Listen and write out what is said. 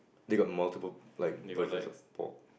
they got multiple like versions of pork